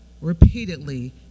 repeatedly